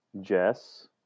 Jess